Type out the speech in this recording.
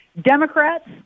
Democrats